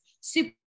super